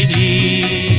e